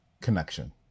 connection